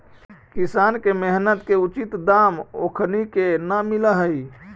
किसान के मेहनत के उचित दाम ओखनी के न मिलऽ हइ